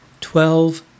twelve